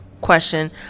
question